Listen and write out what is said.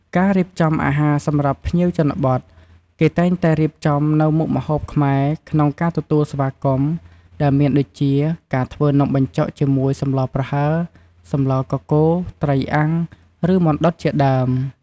ការរៀបចំអាហារសម្រាប់ភ្ញៀវជនបទ គេតែងតែ រៀបចំនូវមុខម្ហូបខ្មែរ ក្នុងការទទួលស្វាគមន៍ ដែលមានដូចជា ការធ្វើនំបញ្ចុកជាមួយសម្លប្រហើរ សម្លកកូរ ត្រីអាំង ឬមាន់ដុតជាដើម។